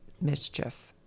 mischief